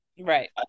Right